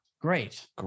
great